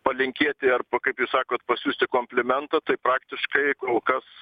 palinkėti arba kaip jūs sakot pasiųsti komplimentą tai praktiškai kol kas